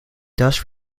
thus